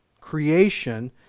creation